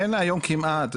אין היום כמעט,